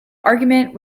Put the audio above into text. argument